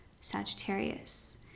Sagittarius